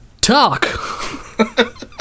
Talk